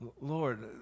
lord